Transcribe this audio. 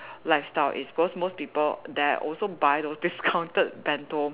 lifestyle is because most people there also buy those discounted bento